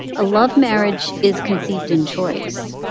a love marriage is conceived in choice.